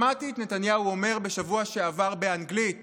שמעתי את נתניהו אומר בשבוע שעבר באנגלית